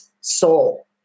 soul